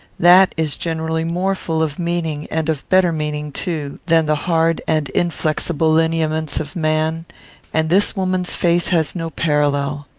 that is generally more full of meaning, and of better meaning too, than the hard and inflexible lineaments of man and this woman's face has no parallel.